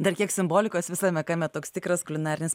dar kiek simbolikos visame kame toks tikras kulinarinis